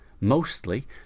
Mostly